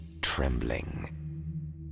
trembling